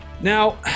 Now